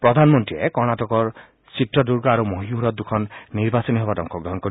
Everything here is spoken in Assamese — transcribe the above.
প্ৰধানমন্ত্ৰীয়ে কৰ্ণাটকৰ চিত্ৰদুৰ্গা আৰু মহীশৰত দুখন নিৰ্বাচনী সভাত অংশগ্ৰহণ কৰিব